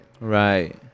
right